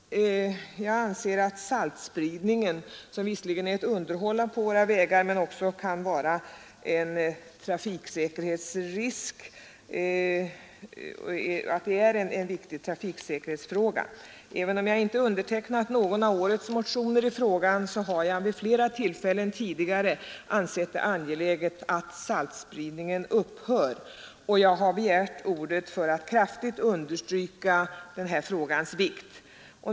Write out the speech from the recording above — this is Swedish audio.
Jag anser att saltspridningen, som visserligen hör till vägunderhållet men också kan vara en trafiksäkerhetsrisk, är viktig i trafiksäkerhetssammanhang. Även om jag inte undertecknat någon av årets motioner i frågan har jag vid flera tidigare tillfällen ansett det angeläget att saltspridningen upphör, och jag har begärt ordet för att kraftigt understryka den här frågans vikt.